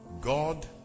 God